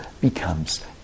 becomes